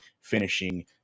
finishing